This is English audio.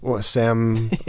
Sam